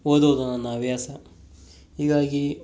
ಓದುವುದು ನನ್ನ ಹವ್ಯಾಸ ಹೀಗಾಗಿ